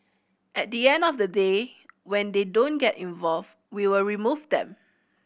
at the end of the day when they don't get involved we will remove them